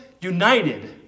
united